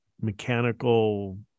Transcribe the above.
mechanical